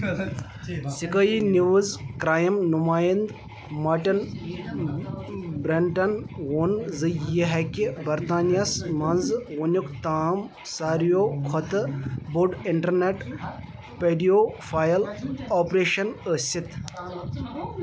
Sky News crime نُمایِنٛد Martin Brunt وۆن زِ یہِ ہیٚکہِ برطانیَس منٛز وُنیُک تام ساروِیو کھۄتہٕ بوٚڑ اِنٹَرنؠٹ پیڈیو فایَل آپریشَن ٲسِتھ